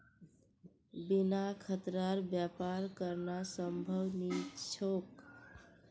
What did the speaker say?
बिना खतरार व्यापार करना संभव नी छोक